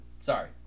Sorry